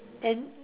and